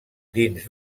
dins